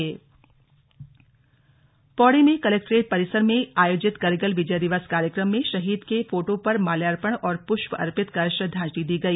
slug Vijay Diwas Pauri Pauri में collectorate परिसर में आयोजित करगिल विजय दिवस कार्यक्रम में शहीदों के फोटो पर माल्यार्पण और पुष्प अर्पित कर श्रद्वांजलि दी गई